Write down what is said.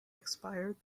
expired